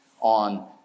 on